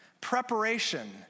preparation